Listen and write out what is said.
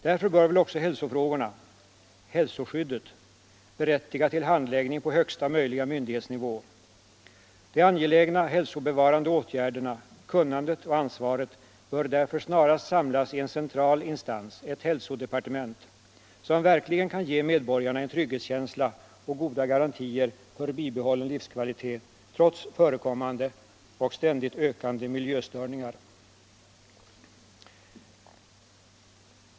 Därför bör väl också hälsofrågorna — hälsoskyddet — berättiga till handläggning på högsta möjliga myndighetsnivå. De angelägna hälsobevarande åtgärderna, kunnandet och ansvaret, bör snarast samlas i en central instans — ett hälsodepartement - som verkligen kan ge medborgarna en trygghetskänsla och goda garantier för bibehållen livskvalitet trots förekommande och ständigt ökande miljöstörningar.